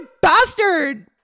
bastard